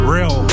Real